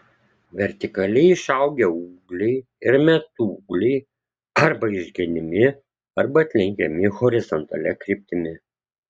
vertikaliai išaugę ūgliai ir metūgliai arba išgenimi arba atlenkiami horizontalia kryptimi